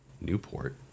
Newport